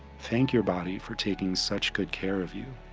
thank your body for taking such good care of you,